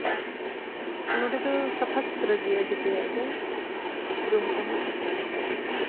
ᱱᱚᱰᱮ ᱫᱚ ᱥᱟᱯᱷᱟ ᱥᱩᱛᱨᱚ ᱜᱮᱭᱟ ᱡᱮᱛᱮᱭᱟᱜ ᱜᱮ ᱨᱩᱢ ᱠᱚᱦᱚᱸ